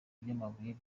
by’amabuye